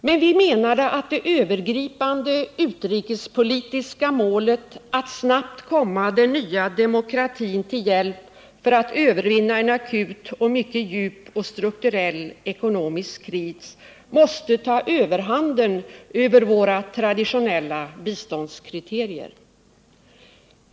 Men vi menade att det övergripande utrikespolitiska målet, att snabbt komma den nya demokratin till hjälp för att övervinna en akut och mycket djup strukturell ekonomisk kris, måste ta överhanden över våra traditionella biståndskriterier.